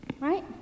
right